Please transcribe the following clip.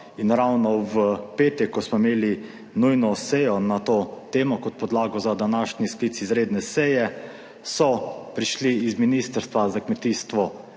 In ravno v petek, ko smo imeli nujno sejo na to temo kot podlago za današnji sklic izredne seje, so prišli iz Ministrstva za kmetijstvo